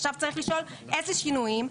עכשיו צריך לשאול איזה שינויים.